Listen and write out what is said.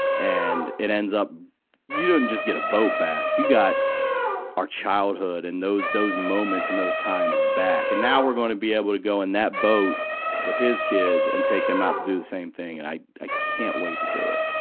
and, it ends up you don't just get a boat back. you got our childhood and those, those moments and those times back. and now we're gonna be able to go in that boat with his kids and take them out to do the same thing. and i ah can't wait to do it.